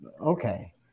Okay